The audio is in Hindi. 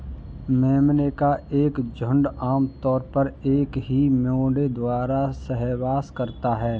मेमने का एक झुंड आम तौर पर एक ही मेढ़े द्वारा सहवास करता है